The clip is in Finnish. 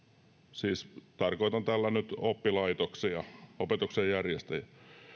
siis tarkoitan tällä nyt oppilaitoksia opetuksen järjestäjiä